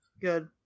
Good